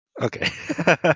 Okay